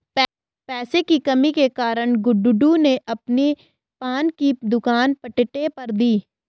पैसे की कमी के कारण गुड्डू ने अपने पान की दुकान पट्टे पर दी